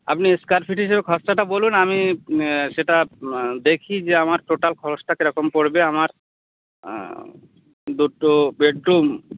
আপনি square feet হিসেবে খরচাটা বলুন আমি সেটা দেখি যে আমার টোটাল খরচটা কী রকম পড়বে আমার দুটো বেডরুম